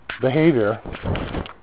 behavior